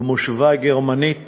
במושבה הגרמנית